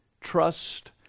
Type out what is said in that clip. Trust